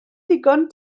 ddigon